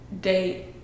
date